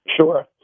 Sure